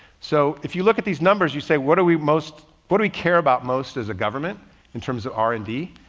so if you look at these numbers, you say, what are we most, what do we care about most as a government in terms of r? and d?